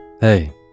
Hey